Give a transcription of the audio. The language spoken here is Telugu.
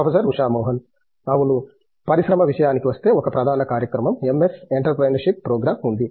ప్రొఫెసర్ ఉషా మోహన్ అవును పరిశ్రమ విషయానికి వస్తే ఒక ప్రధాన కార్యక్రమం ఎంఎస్ ఎంటర్ప్రెన్యూర్షిప్ ప్రోగ్రాం ఉంది